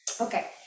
Okay